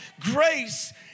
grace